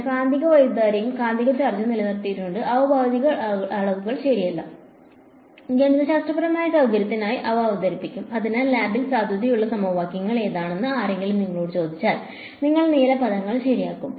ഞാൻ കാന്തിക വൈദ്യുതധാരയും കാന്തിക ചാർജും നിലനിർത്തിയിട്ടുണ്ട് അവ ഭൌതിക അളവുകൾ ശരിയല്ല ഗണിതശാസ്ത്രപരമായ സൌകര്യത്തിനായി അവ അവതരിപ്പിക്കും അതിനാൽ ലാബിൽ സാധുതയുള്ള സമവാക്യങ്ങൾ എന്താണെന്ന് ആരെങ്കിലും നിങ്ങളോട് ചോദിച്ചാൽ നിങ്ങൾ നീല പദങ്ങൾ ശരിയാക്കും